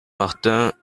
martin